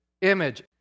image